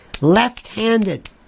Left-handed